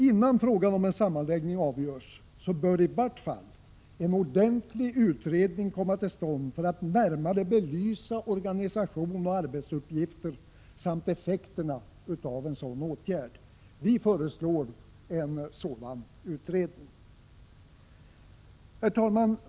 Innan frågan om en sammanslagning avgörs bör i vart fall en ordentlig utredning komma till stånd för att närmare belysa organisation och arbetsuppgifter samt effekterna av en sådan åtgärd. Vi föreslår en sådan utredning. Herr talman!